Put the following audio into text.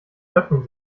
öffnen